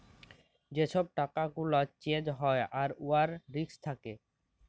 যে ছব টাকা গুলা চ্যাঞ্জ হ্যয় আর উয়ার রিস্ক থ্যাকে